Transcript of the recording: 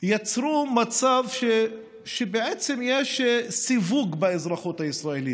יצרו מצב שבעצם יש סיווג באזרחות הישראלית.